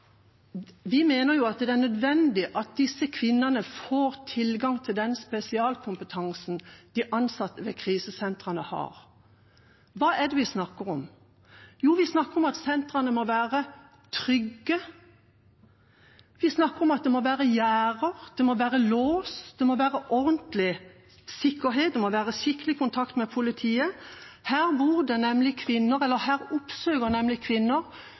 mener at det er nødvendig at disse kvinnene får tilgang til den spesialkompetansen de ansatte ved krisesentrene har. Hva er det vi snakker om? Jo, vi snakker om at sentrene må være trygge, vi snakker om at det må være gjerder, at det må være lås, at det må være ordentlig sikkerhet. Og det må være skikkelig kontakt med politiet. Hit kommer nemlig kvinner som går med voldsalarm, og kvinner